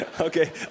Okay